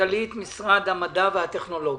מנכ"לית משרד המדע והטכנולוגיה,